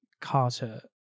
Carter